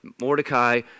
Mordecai